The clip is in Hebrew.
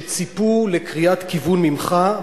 שציפו לקריאת כיוון ממך,